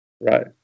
Right